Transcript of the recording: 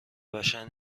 بشر